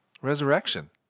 Resurrection